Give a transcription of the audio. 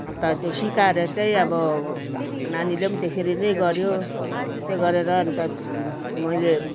अन्त त्यो सिकाएर चाहिँ अब नानीले पनि त्यसरी नै गऱ्यो त्यो गरेर अन्त मैले